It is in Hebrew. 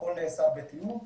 הכול נעשה בתיאום.